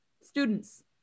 students